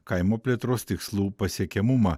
kaimo plėtros tikslų pasiekiamumą